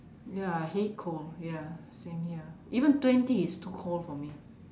ya I hate cold ya same here even twenty is too cold for me